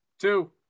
two